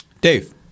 Dave